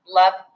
love